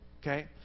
okay